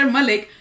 Malik